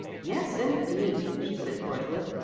yes indeed, she said cordially.